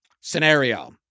Scenario